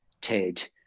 Ted